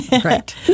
Correct